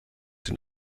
den